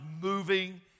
moving